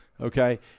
okay